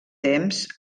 temps